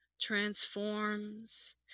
transforms